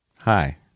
hi